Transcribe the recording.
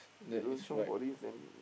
they don't chiong for this then